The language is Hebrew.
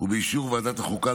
ובאישור ועדת החוקה,